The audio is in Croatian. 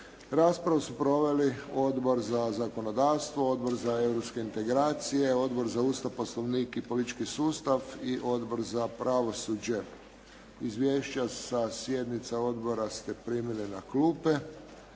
Raspravu su proveli: Odbor za zakonodavstvo, Odbor za europske integracije, Odbor za Ustav, Poslovnik i politički sustav i Odbor za pravosuđe. Izvješća sa sjednica odbora ste primili na klupe.